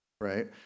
right